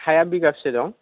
हाया बिगाफसे दं